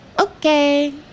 Okay